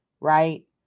right